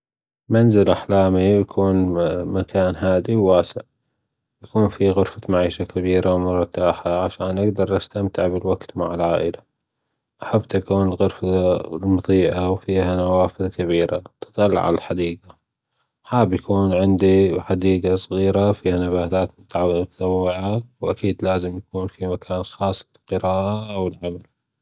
منزل احلامى يكون مكان هادئ وواسع يكون فى غرفة معيشة كبيرة ومرتاحة علشان نقدر نستمتع بالوقت مع العائلة حتى يكون غرفة مضيئة وفيها نوافذ كبيرة بتتطلع على الحديقة حابب يكون عندى حديقة صغيرة فيها نباتات متنوعة وأكيد لازم يكون فى مكان خاص للقرائه والعمل